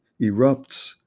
erupts